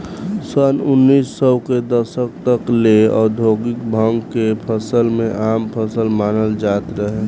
सन उनऽइस सौ के दशक तक ले औधोगिक भांग के फसल के आम फसल मानल जात रहे